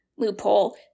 loophole